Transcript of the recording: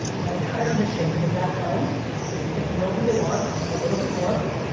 my entire mission in that time is to get to know who they are a little bit more,